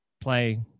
play